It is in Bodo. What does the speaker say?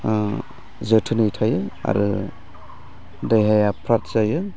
जोथोनै थायो आरो देहाया फ्राथ जायो